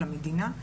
למדינה,